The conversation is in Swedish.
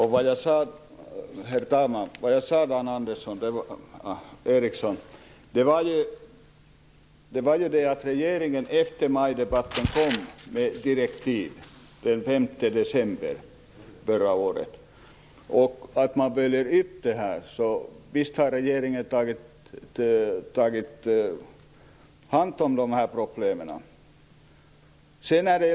Herr talman! Dan Ericsson! Jag sade att regeringen efter majdebatten kom med direktiv - den 5 december förra året. Man följer upp detta. Så visst har regeringen tagit hand om dessa problem.